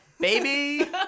baby